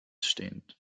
stehend